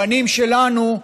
הבנים שלנו,